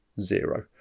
zero